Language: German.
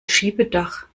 schiebedach